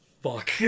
fuck